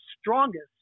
strongest